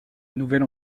nouvelle